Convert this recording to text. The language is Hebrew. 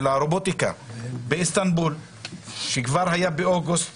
של הרובוטיקה באיסטנבול שהיה באוגוסט